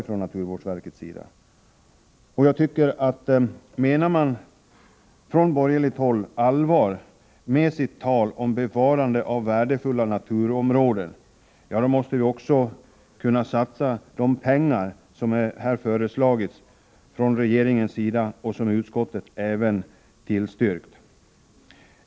Menar man från borgerligt håll allvar med sitt tal om bevarande av värdefulla naturområden, måste man också kunna satsa de pengar som föreslagits från regeringens sida och som utskottet tillstyrkt.